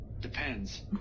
depends